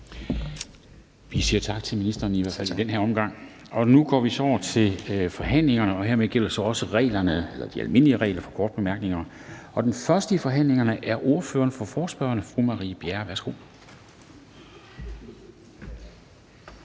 Vi siger tak til ministeren, i hvert fald i den her omgang. Nu går vi så over til forhandlingen, og hermed gælder så også de almindelige regler for korte bemærkninger. Den første i forhandlingen er ordføreren for forespørgerne, fru Marie Bjerre. Værsgo.